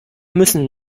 müssen